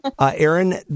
Aaron